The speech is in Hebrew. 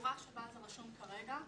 שהצורה שבה זה רשום כרגע,